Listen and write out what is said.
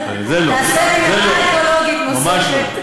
איציק, זה עדיין משאב של שר התחבורה.